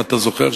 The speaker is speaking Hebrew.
אתה זוכר,